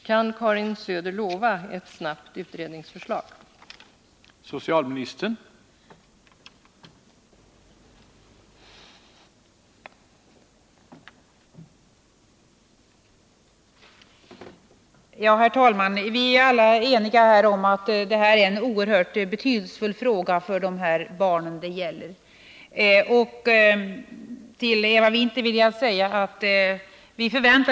Kan Karin Söder utlova att utredningsförslaget kommer snabbt?